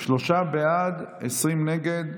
בעד, 20 נגד.